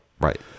right